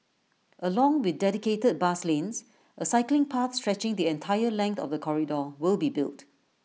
along with dedicated bus lanes A cycling path stretching the entire length of the corridor will be built